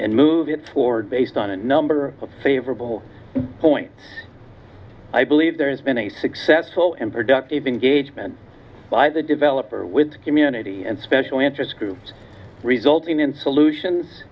and move it forward based on a number of favorable point i believe there has been a successful and productive been gauge met by the developer with community and special interest groups resulting in solutions